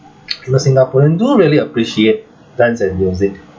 singaporeans do really appreciate dance and music